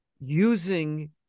using